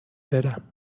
برم